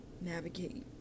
navigate